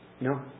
No